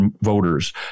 voters